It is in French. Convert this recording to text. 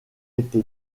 été